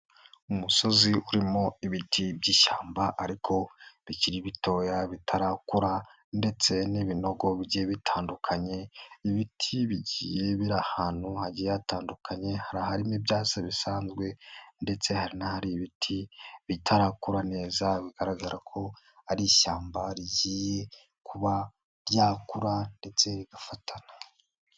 Umusozi urimo ibiti by'ishyamba ariko bikiri bitoya bitarakura ndetse n'ibinogo bigiye bitandukanye, ibiti bigiye biri ahantu hagiye hatandukanye, hari aharimo ibyatsi bisanzwe ndetse hari n'ahari ibiti bitarakura neza, bigaragara ko ari ishyamba rigiye kuba ryakura ndetse rigafatana.